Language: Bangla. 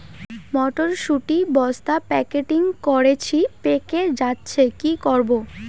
মটর শুটি বস্তা প্যাকেটিং করেছি পেকে যাচ্ছে কি করব?